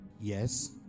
yes